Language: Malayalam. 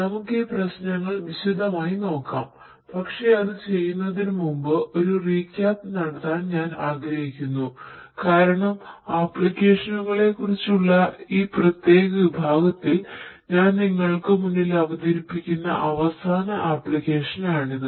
നമുക്ക് ഈ പ്രശ്നങ്ങൾ വിശദമായി നോക്കാം പക്ഷേ അത് ചെയ്യുന്നതിന് മുമ്പ് ഒരു റീക്യാപ്പ് നടത്താൻ ഞാൻ ആഗ്രഹിക്കുന്നു കാരണം ആപ്ലിക്കേഷനുകളെക്കുറിച്ചുള്ള ഈ പ്രത്യേക വിഭാഗത്തിൽ ഞാൻ നിങ്ങൾക്കു മുന്നിൽ അവതരിപ്പിക്കുന്ന അവസാന ആപ്ലിക്കേഷനാണിത്